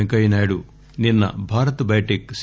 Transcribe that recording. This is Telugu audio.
పెంకయ్యనాయుడు నిన్స భారత్ బయోటెక్ సి